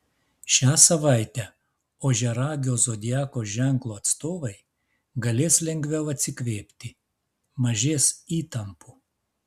šią savaitę ožiaragio zodiako ženklo atstovai galės lengviau atsikvėpti mažės įtampų